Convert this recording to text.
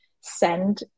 send